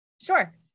Sure